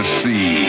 see